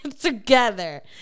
together